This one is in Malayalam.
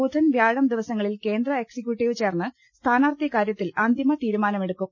ബുധൻ വ്യാഴം ദിവസങ്ങളിൽ കേന്ദ്ര എക്സിക്യൂട്ടീവും ചേർന്ന് സ്ഥാനാർഥി കാര്യത്തിൽ അന്തിമ തീരുമാനമെടുക്കും